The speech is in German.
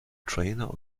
trainer